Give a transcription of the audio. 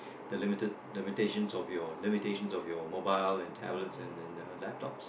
the limited the limitations of your limitations of your mobile and tablets and laptops